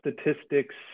statistics